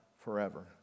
forever